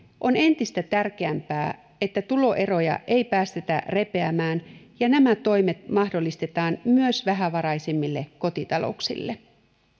on entistä tärkeämpää että tuloeroja ei päästetä repeämään ja nämä toimet mahdollistetaan myös vähävaraisemmille kotitalouksille